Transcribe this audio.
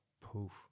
Poof